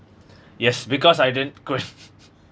yes because I didn't quit